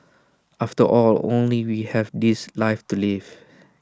after all only we have this life to live